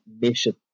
mission